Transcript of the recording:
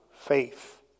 faith